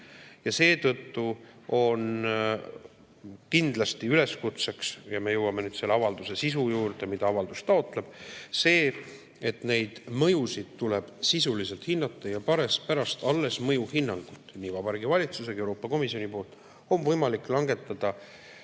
Ja seetõttu on kindlasti üleskutseks – ja me jõuame nüüd selle avalduse sisu juurde, mida avaldus taotleb – see, et neid mõjusid tuleb sisuliselt hinnata ja alles pärast mõjuhinnangut nii Vabariigi Valitsuse kui ka Euroopa Komisjoni poolt on võimalik langetada